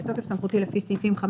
התשפ"א-2021 בתוקף סמכותי לפי סעיפים 5,